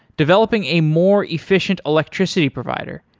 developing a more efficient electricity provider,